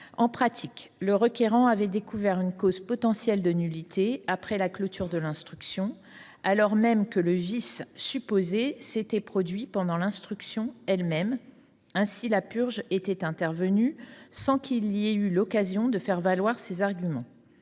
En pratique, le requérant avait découvert une cause potentielle de nullité après la clôture de l’instruction, alors même que le vice supposé s’était produit pendant l’instruction elle même : ainsi, la purge était intervenue sans qu’il ait eu l’occasion de faire valoir ses arguments.